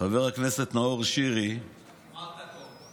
חבר הכנסת נאור שירי, אמרת טוב.